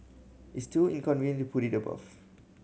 it's too inconvenient to put it above